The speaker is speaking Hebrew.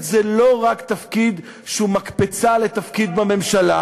זה לא רק תפקיד שהוא מקפצה לתפקיד בממשלה,